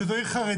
שזו עיר חרדית,